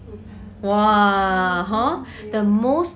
the most memorable meal